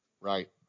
Right